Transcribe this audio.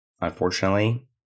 unfortunately